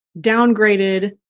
downgraded